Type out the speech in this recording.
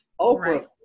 Oprah